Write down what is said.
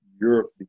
Europe